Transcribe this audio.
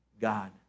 God